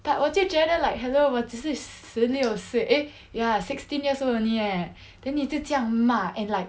but 我就觉得 like hello 我只是十六岁 eh ya sixteen years only eh then 你就这样骂 and like